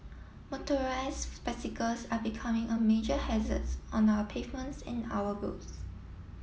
motorised bicycles are becoming a major hazards on our pavements and our roads